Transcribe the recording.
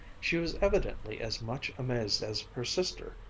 she was evidently as much amazed as her sister,